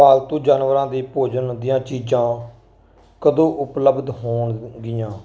ਪਾਲਤੂ ਜਾਨਵਰਾਂ ਦੇ ਭੋਜਨ ਦੀਆਂ ਚੀਜ਼ਾਂ ਕਦੋਂ ਉਪਲੱਬਧ ਹੋਣਗੀਆਂ